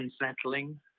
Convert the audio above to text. unsettling